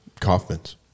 Kaufman's